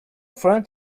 friend